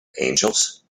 angels